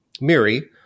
Miri